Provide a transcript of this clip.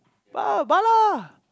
Ba Bala